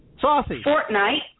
fortnight